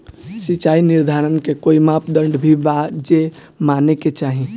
सिचाई निर्धारण के कोई मापदंड भी बा जे माने के चाही?